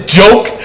joke